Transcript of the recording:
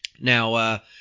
Now